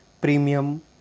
premium